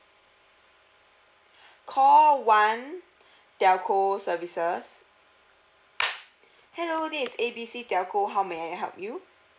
call one telco services hello this is A B C telco how may I help you